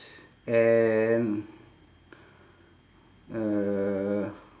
and uh